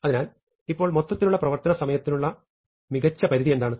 അതിനാൽ ഇപ്പോൾ മൊത്തത്തിലുള്ള പ്രവർത്തന സമയത്തിനുള്ള മികച്ച പരിധി എന്താണ്